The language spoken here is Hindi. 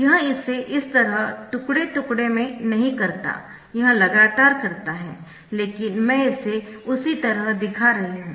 यह इसे इस तरह टुकड़े टुकड़े में नहीं करता यह लगातार करता है लेकिन मैं इसे उसी तरह दिखा रही हूं